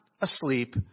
asleep